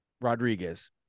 Rodriguez